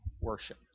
worship